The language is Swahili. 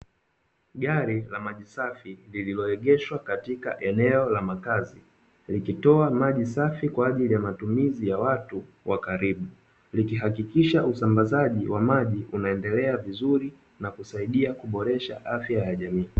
Gari la maji safi lililoegeshwa katika eneo la makazi likitoa maji safi kwa ajili ya matumizi ya watu wa karibu ikihakikisha usambazaji wa maji unaendelea vizuri na kusaidia kuboresha afya ya jamii.